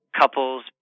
couples